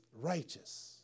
righteous